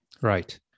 right